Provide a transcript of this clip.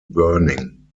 burning